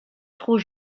trop